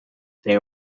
they